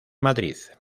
madrid